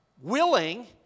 willing